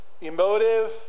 emotive